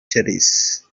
cherries